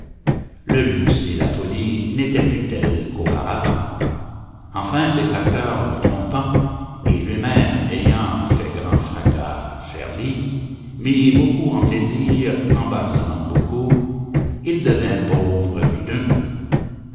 le luxe et la folie n'étaient plus tels qu'auparavant enfin ses facteurs le trompant et lui-même ayant fait grand fracas chère lie mis beaucoup en plaisirs en bâtiments beaucoup il devint pauvre tout d'un coup